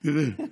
תראה,